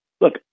look